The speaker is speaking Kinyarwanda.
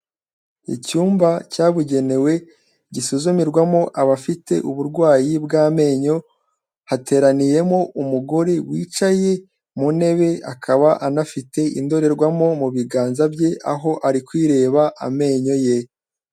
Icyumba cyabugenewe gisuzumirwamo abafite uburwayi bw'amenyo, hateraniyemo umugore wicaye mu ntebe akaba anafite indorerwamo mu biganza bye, aho ari kwireba amenyo ye.